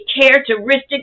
characteristic